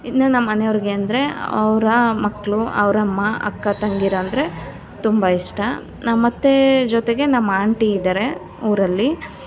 ಇನ್ನೂ ನಮ್ಮನೆಯವರಿಗೆ ಅಂದರೆ ಅವರ ಮಕ್ಕಳು ಅವರ ಅಮ್ಮ ಅಕ್ಕ ತಂಗೀರು ಅಂದರೆ ತುಂಬ ಇಷ್ಟ ನಮ್ಮತ್ತೆ ಜೊತೆಗೆ ನಮ್ಮ ಆಂಟಿ ಇದ್ದಾರೆ ಊರಲ್ಲಿ